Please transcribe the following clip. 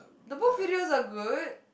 the both videos are good